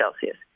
Celsius